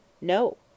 No